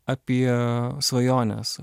apie svajones